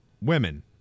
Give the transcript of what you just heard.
women